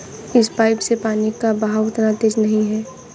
इस पाइप से पानी का बहाव उतना तेज नही है